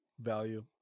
value